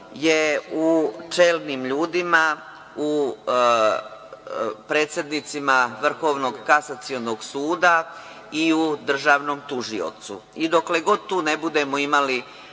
je u čelnim ljudima, predsednicima Vrhovnog kasacionog suda i u Državnom tužiocu i dokle god tu ne budemo imali